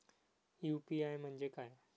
UPI म्हणजे काय?